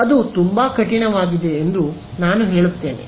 ಅದು ತುಂಬಾ ಕಠಿಣವಾಗಿದೆ ಎಂದು ನಾನು ಹೇಳುತ್ತೇನೆ